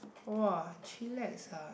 !wah! chillax ah